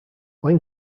when